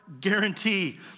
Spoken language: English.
guarantee